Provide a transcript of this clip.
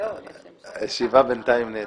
הישיבה הופסקה.